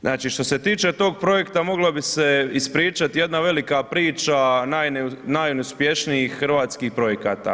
Znači što se tiče tog projekta moglo bi se ispričati jedna velika priča najneuspješnijih hrvatskih projekata.